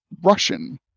Russian